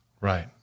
Right